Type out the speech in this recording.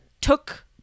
took